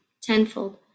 tenfold